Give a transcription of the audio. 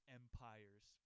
empires